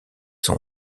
son